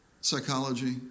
psychology